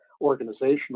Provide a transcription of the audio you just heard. organizational